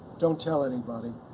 don't tell anybody.